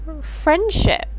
friendship